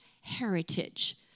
heritage